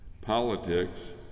Politics